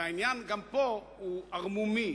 גם פה הוא ערמומי.